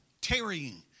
tarrying